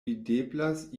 videblas